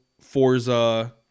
Forza